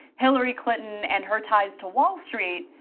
hillary clinton and her ties to wall street,